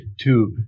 Tube